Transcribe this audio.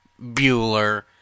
Bueller